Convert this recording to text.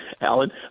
Alan